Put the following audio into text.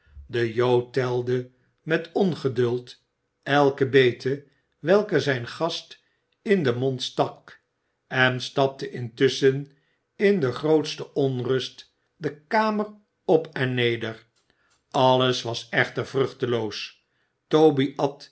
de jood telde met ongeduld elke bete welke zijn gast in den mond stak en stapte intusschen in de grootste onrust de kamer op en neder alles was echter vruchteloos toby